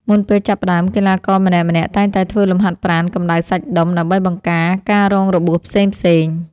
មុនពេលចាប់ផ្ដើម កីឡាករម្នាក់ៗតែងតែធ្វើលំហាត់ប្រាណកម្ដៅសាច់ដុំ ដើម្បីបង្ការការរងរបួសផ្សេងៗ។